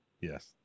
Yes